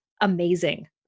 amazing